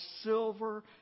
silver